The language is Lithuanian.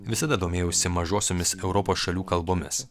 visada domėjausi mažosiomis europos šalių kalbomis